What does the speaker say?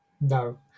No